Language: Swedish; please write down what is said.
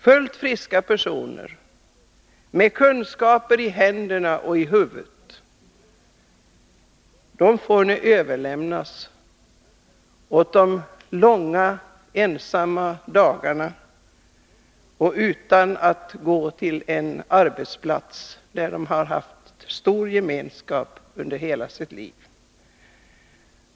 Fullt friska personer, med kunskaper i händer och huvud, överlämnas åt de långa ensamma dagarna utan sysselsättning och utan den gemenskap de haft på arbetsplatsen.